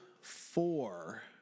four